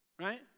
Right